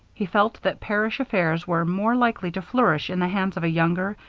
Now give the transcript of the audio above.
he felt that parish affairs were more likely to flourish in the hands of a younger,